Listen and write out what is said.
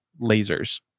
lasers